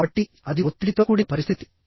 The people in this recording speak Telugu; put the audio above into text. కాబట్టి అది ఒత్తిడితో కూడిన పరిస్థితి